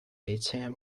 atm